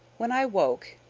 when i woke,